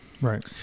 Right